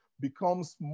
becomes